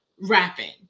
rapping